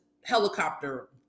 helicopter